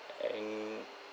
uh in